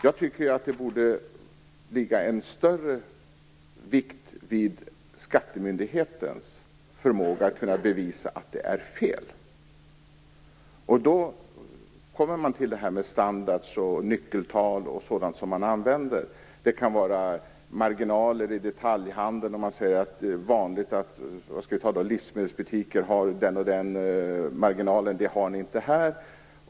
Jag tycker att det borde ligga en större vikt vid skattemyndighetens förmåga att bevisa motsatsen. Då kommer man till standarder, nyckeltal och sådant som används. Det kan vara marginaler i detaljhandeln. Det är vanligt att man t.ex. säger: Livsmedelsbutiker har den och den marginalen, och det har ni inte här.